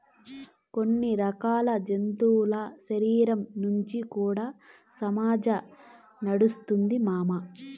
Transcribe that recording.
కొన్ని రకాల జంతువుల శరీరం నుంచి కూడా సహజ నారొస్తాది మామ